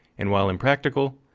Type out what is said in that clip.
and while impractical,